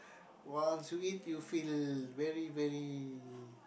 once you eat you feel very very